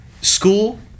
school